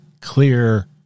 clear